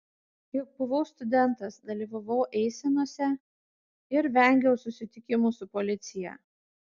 juk buvau studentas dalyvavau eisenose ir vengiau susitikimų su policija